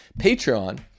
Patreon